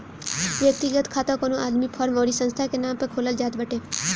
व्यक्तिगत खाता कवनो आदमी, फर्म अउरी संस्था के नाम पअ खोलल जात बाटे